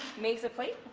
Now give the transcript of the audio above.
makes a plate.